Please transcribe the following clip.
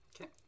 okay